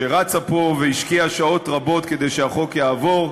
שרצה פה והשקיעה שעות רבות כדי שהחוק יעבור,